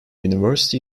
university